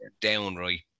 downright